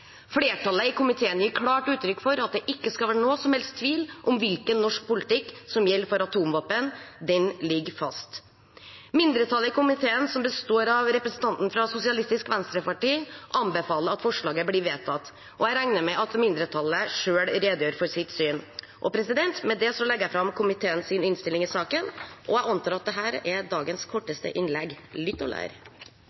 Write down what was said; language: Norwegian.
Flertallet i komiteen gir klart uttrykk for at det ikke skal være noen som helst tvil om hvilken norsk politikk som gjelder for atomvåpen. Den ligger fast. Mindretallet i komiteen, som består av representanten fra Sosialistisk Venstreparti, anbefaler at forslaget blir vedtatt. Jeg regner med at mindretallet selv redegjør for sitt syn. Med det anbefaler jeg komiteens innstilling og antar at dette blir dagens korteste innlegg – lytt og lær. Det er ikke sikkert at